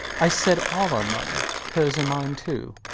i said all our money hers and mine too.